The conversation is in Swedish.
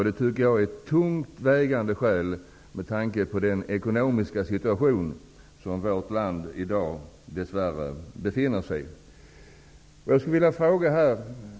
Det tycker jag är ett tungt vägande skäl med tanke på den ekonomiska situation som vårt land i dag dess värre befinner sig i.